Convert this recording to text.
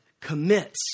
commits